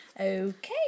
Okay